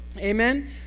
Amen